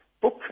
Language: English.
book